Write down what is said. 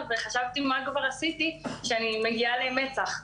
וחשבתי לעצמי מה כבר עשיתי שאני מגיעה למצ"ח.